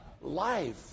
life